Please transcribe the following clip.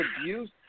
abuse